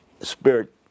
spirit